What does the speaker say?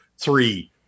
three